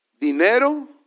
dinero